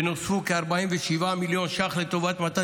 ונוספו כ-47 מיליון ש"ח לטובת מתן